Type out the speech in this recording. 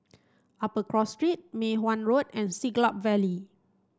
Upper Cross Street Mei Hwan Road and Siglap Valley